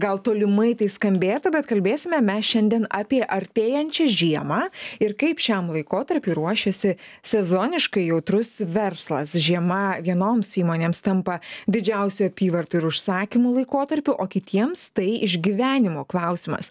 gal tolimai tai skambėtų bet kalbėsime mes šiandien apie artėjančią žiemą ir kaip šiam laikotarpiui ruošiasi sezoniškai jautrus verslas žiema vienoms įmonėms tampa didžiausiu apyvartų ir užsakymų laikotarpiu o kitiems tai išgyvenimo klausimas